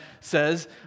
says